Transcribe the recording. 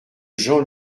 jean